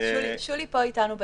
שולי פה איתנו בדיון,